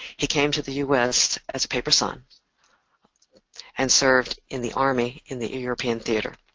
he came to the us as a paper son and served in the army in the european theater.